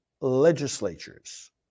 legislatures